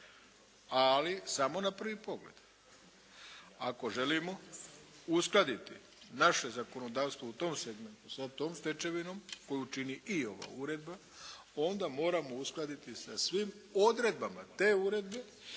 ali samo na prvi pogled. Ako želimo uskladiti naše zakonodavstvo u tom segmentu, sa tom stečevinom koju čini i ova uredba, onda moramo uskladiti sa svim odredbama te uredbe